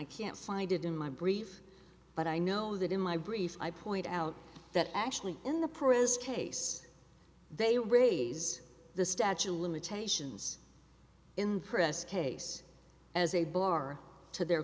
i can't find it in my brief but i know that in my brief i point out that actually in the poorest case they raise the statue of limitations in the press case as a bar to their